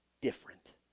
different